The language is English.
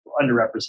underrepresented